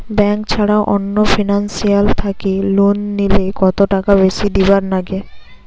Bank ছাড়া অন্য financial থাকি লোন নিলে কতটাকা বেশি দিবার নাগে?